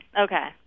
okay